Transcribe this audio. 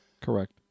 Correct